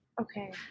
Okay